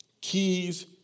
keys